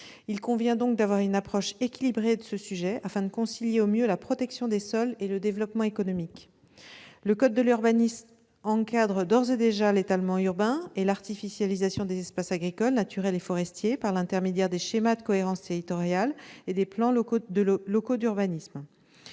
Il convient donc d'avoir une approche équilibrée de ce sujet, afin de concilier au mieux la protection des sols et le développement économique. Le code de l'urbanisme encadre d'ores et déjà l'étalement urbain et l'artificialisation des espaces agricoles, naturels et forestiers, par l'intermédiaire des schémas de cohérence territoriale, les SCOT, et des plans locaux d'urbanisme.